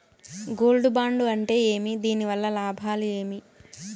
Gold bond అంటే ఏమి? దీని వల్ల లాభాలు ఏమి?